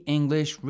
English